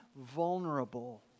vulnerable